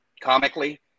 comically